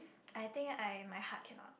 I think I my heart cannot